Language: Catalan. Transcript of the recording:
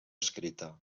escrita